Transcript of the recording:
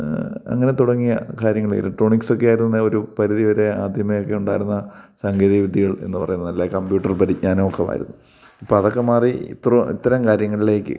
അങ്ങനെ തുടങ്ങിയ കാര്യങ്ങൾ ഇലക്ട്രോണിക്സൊക്കെ ആയിരുന്നു പിന്നെ ഒരു പരിധിവരെ ആദ്യമെയൊക്കെ ഉണ്ടായിരുന്ന സാങ്കേതിക വിദ്യകൾ എന്ന് പറയുന്നതല്ല കമ്പ്യൂട്ടർ പരിജ്ഞാനം ഒക്കെയായിരുന്നു ഇപ്പം അതൊക്കെ മാറി ഇത്രോം ഇത്രേം കാര്യങ്ങളിലേക്ക്